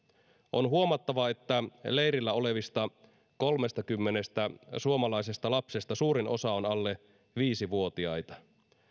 on huomattava että leirillä olevista kolmestakymmenestä suomalaisesta lapsesta suurin osa on alle viisivuotiaita